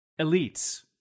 elites